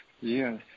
Yes